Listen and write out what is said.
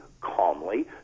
calmly